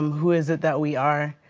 who is it that we are.